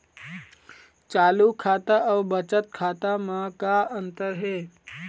चालू खाता अउ बचत खाता म का अंतर हे?